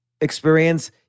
experience